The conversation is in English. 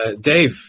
Dave